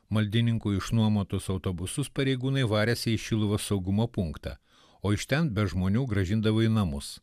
maldininkų išnuomotus autobusus pareigūnai varėsi į šiluvą saugumo punktą o iš ten be žmonių grąžindavo į namus